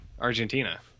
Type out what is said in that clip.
Argentina